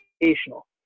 educational